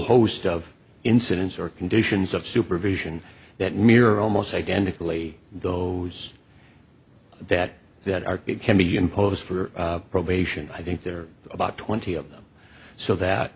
host of incidents or conditions of supervision that mirror almost identically those that that are it can be and pose for probation i think there are about twenty of them so that